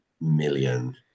million